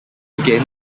again